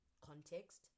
context